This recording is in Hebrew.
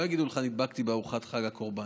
לא יגידו לך: נדבקתי בארוחת חג הקורבן.